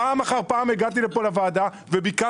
פעם אחר פעם הגעתי לפה לוועדה וביקשתי